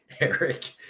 eric